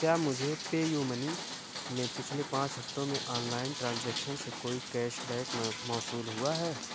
کیا مجھے PayU money منی میں پچھلے پانچ ہفتوں میں آن لائن ٹرانزیکشن سے کوئی کیش بیک موصول ہوا ہے